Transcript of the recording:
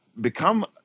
become